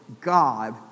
God